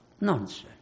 Nonsense